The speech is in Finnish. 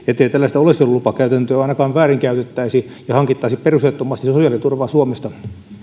ettei tällaista oleskelulupakäytäntöä ainakaan väärinkäytettäisi ja hankittaisi perusteettomasti sosiaaliturvaa suomesta